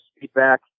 feedback